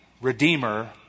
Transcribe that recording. redeemer